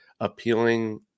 appealing